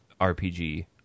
rpg